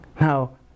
now